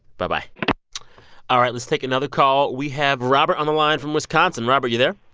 bye-bye all right. let's take another call. we have robert on the line from wisconsin. robert, you there?